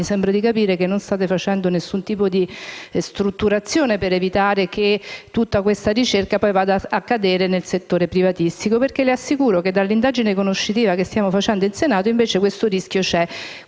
mi sembra di capire che in realtà non state facendo alcun tipo di strutturazione per evitare che tutta questa ricerca vada a cadere poi nel settore privatistico, mentre le assicuro che dall'indagine conoscitiva che stiamo conducendo in Senato emerge questo rischio.